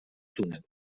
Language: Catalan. túnel